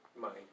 Money